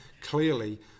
clearly